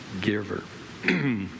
giver